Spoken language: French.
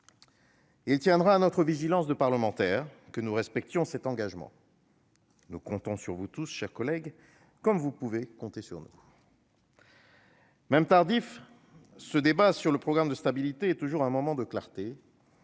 Il tiendra à notre vigilance de parlementaires que nous respections cet engagement. Nous comptons sur vous tous, mes chers collègues, comme vous pouvez compter sur nous. Même tardif, ce débat sur le programme de stabilité est toujours un moment de clarté,